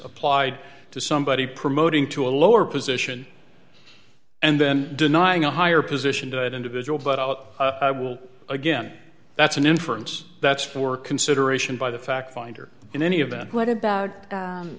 applied to somebody promoting to a lower position and then denying a higher position to an individual but i'll i will again that's an inference that's for consideration by the fact finder in any of that what about